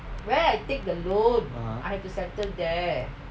(uh huh)